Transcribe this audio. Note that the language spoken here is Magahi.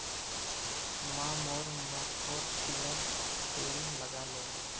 माँ मोर माथोत तिलर तेल लगाले